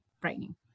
frightening